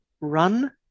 run